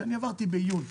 שעברתי עליה בעיון,